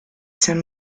saint